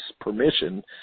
permission